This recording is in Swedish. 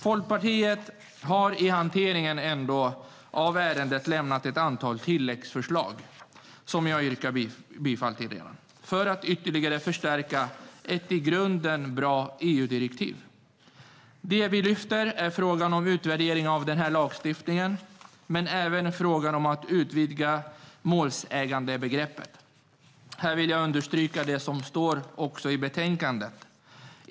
Folkpartiet har i hanteringen av ärendet lämnat ett antal tilläggsförslag, som jag redan yrkat bifall till, för att ytterligare förstärka ett i grunden bra EU-direktiv. Det vi lyfter fram är frågan om utvärdering av lagstiftningen men även frågan att utvidga målsägandebegreppet. Här vill jag understryka det som står i betänkandet.